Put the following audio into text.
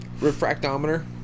refractometer